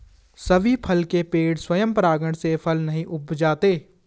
सभी फल के पेड़ स्वयं परागण से फल नहीं उपजाते